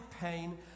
pain